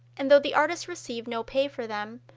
and though the artist received no pay for them,